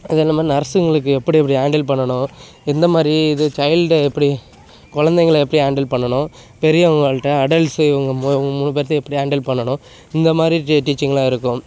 அதே நம்ம நர்ஸுங்களுக்கு எப்படி எப்படி ஹாண்டில் பண்ணணும் எந்த மாதிரி இது சைல்டை எப்படி குலந்தைங்கள எப்படி ஹாண்டில் பண்ணணும் பெரியவங்கள்கிட்ட அடல்ட்ஸு இவங்க மூ இவங்க மூணு பேர்த்தையும் எப்படி ஹாண்டில் பண்ணணும் இந்த மாதிரி டீ டீச்சிங்லாம் இருக்கும்